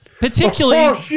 particularly